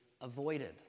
avoided